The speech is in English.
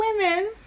women